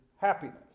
happiness